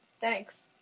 Thanks